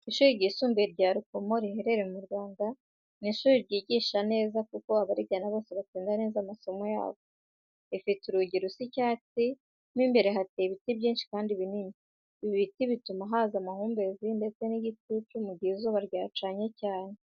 Ishuri ryisumbuye rya rukomo riherereye mu Rwanda, ni ishuri ryigisha neza kuko abarigana bose batsinda neza amasomo yabo. Rifite urugi rusa icyatsi, mo imbere hateye ibiti byinshi kandi binini, ibi biti bituma haza amahumbezi, ndetse n'igicucu mu gihe izuba ryacanye cyane.